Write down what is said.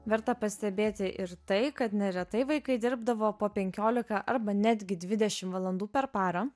verta pastebėti ir tai kad neretai vaikai dirbdavo po penkiolika arba netgi dvidešim valandų per parą